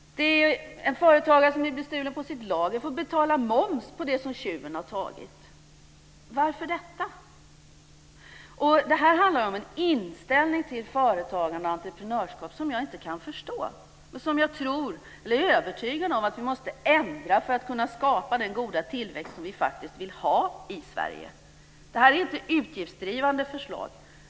En företagare som blir bestulen på sitt lager får betala moms på det som tjuven har tagit. Varför detta? Det handlar om en inställning till företagande och entreprenörskap som jag inte kan förstå och som jag är övertygad om att vi måste ändra för att kunna skapa den goda tillväxt som vi faktiskt vill ha i Sverige. Det är här inte fråga om utgiftsdrivande förslag.